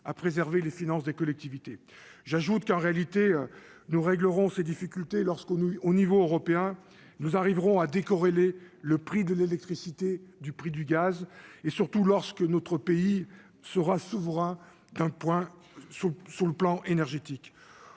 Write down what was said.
à préserver les finances des collectivités, j'ajoute qu'en réalité nous réglerons ces difficultés lorsqu'on lui au niveau européen, nous arriverons à décorer le prix de l'électricité du prix du gaz et surtout lorsque notre pays sera souverain d'un point sur le sur le plan énergétique